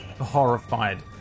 horrified